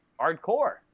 hardcore